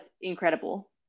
incredible